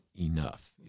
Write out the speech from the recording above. enough